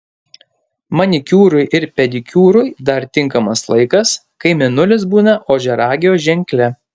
manikiūrui ir pedikiūrui dar tinkamas laikas kai mėnulis būna ožiaragio ženkle